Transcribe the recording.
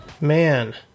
Man